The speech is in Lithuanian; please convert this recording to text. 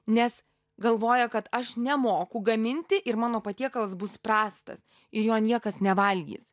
nes galvoja kad aš nemoku gaminti ir mano patiekalas bus prastas ir jo niekas nevalgys